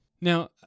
Now